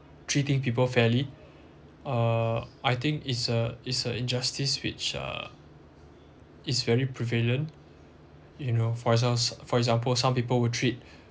treating people fairly uh I think it's a it's a injustice which uh is very prevalent you know for exam~ for example some people will treat